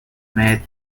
mate